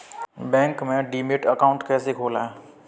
Bank में demat account कैसे खोलें?